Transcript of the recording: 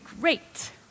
great